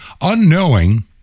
unknowing